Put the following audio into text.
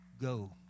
go